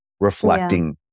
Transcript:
reflecting